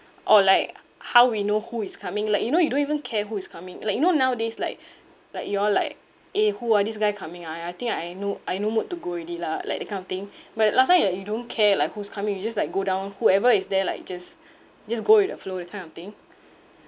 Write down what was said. or like how we know who is coming like you know you don't even care who is coming like you know nowadays like like you all like eh who ah this guy coming I I think I no I no mood to go already lah like that kind of thing but then last time like you don't care like who's coming you just like go down whoever is there like just just go with the flow that kind of thing